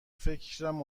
فکرم